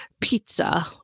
pizza